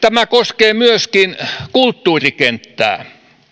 tämä koskee myöskin kulttuurikenttää